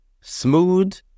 Smooth